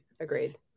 Agreed